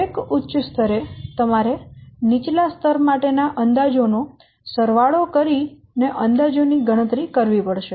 દરેક ઉચ્ચ સ્તરે તમારે નીચલા સ્તર માટેના અંદાજો નો સરવાળો કરીને અંદાજો ની ગણતરી કરવી પડશે